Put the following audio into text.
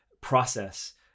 process